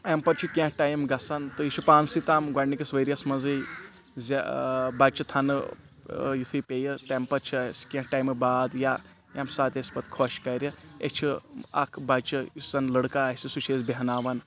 اَمہِ پَتہٕ چھُ کینٛہہ ٹایم گژھان تہٕ یہِ چھُ پانسٕے تام گۄڈنِکِس ؤریَس منٛزٕے زِ بَچہِ تھَنہٕ یُتھُے پیٚیہِ تَمہِ پَتہٕ چھُ اَسہِ کینٛہہ ٹایمہٕ باد یا ییٚمہِ ساتہٕ اَسِہ پَتہٕ خۄش کَرِ أسۍ چھِ اَکھ بَچہِ یُس زَن لٔڑکہٕ آسِہ سُہ چھِ أسۍ بَہناوان